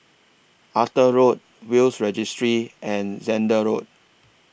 Arthur Road Will's Registry and Zehnder Road